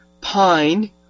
pine